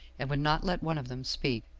and would not let one of them speak.